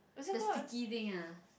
the sticky thing ah